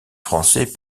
français